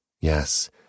Yes